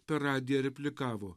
per radiją replikavo